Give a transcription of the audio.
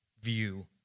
view